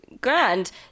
Grand